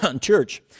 church